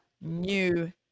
new